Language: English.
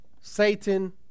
Satan